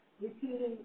repeating